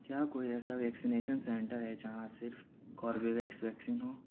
کیا کوئی ایسا ویکسینیشن سینٹر ہے جہاں صرف کوربیویکس ویکسین ہو